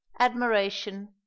admiration